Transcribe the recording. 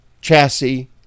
chassis